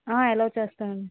ఎలో చేస్తాంఅండి